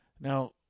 Now